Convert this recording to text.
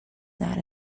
not